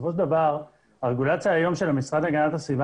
בסופו של דבר היום הרגולציה של המשרד להגנת הסביבה